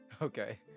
Okay